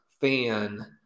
fan